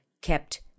Kept